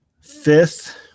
Fifth